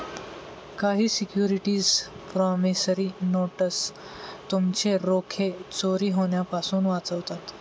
काही securities promissory notes तुमचे रोखे चोरी होण्यापासून वाचवतात